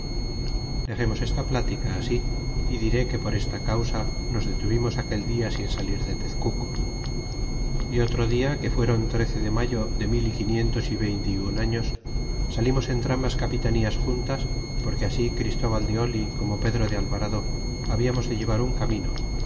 dexernos esta plática así y diré que por esta causa nos detuvimos aquel dia sin salir de tezcuco y otro día que fueron trece de mayo de mil y quinientos y veinte y un años salimos entrambas capitanías juntas porque así christóval de como pedro de alvarado habiamos de llevar un camino